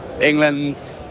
England